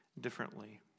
differently